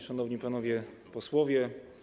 Szanowni Panowie Posłowie!